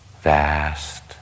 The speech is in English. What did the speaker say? vast